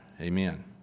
Amen